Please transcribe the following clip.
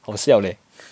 好笑 leh